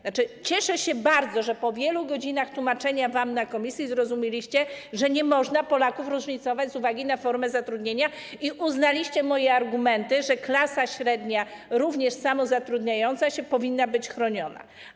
Znaczy cieszę się bardzo, że po wielu godzinach tłumaczenia wam tego w komisji zrozumieliście, że nie można Polaków różnicować z uwagi na formę zatrudnienia, i uznaliście moje argumenty, że klasa średnia, również samozatrudniająca się, powinna być chroniona.